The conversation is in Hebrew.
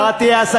השר אטיאס,